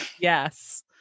Yes